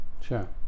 sure